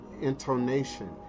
intonation